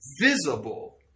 visible